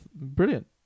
brilliant